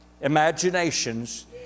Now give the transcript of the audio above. imaginations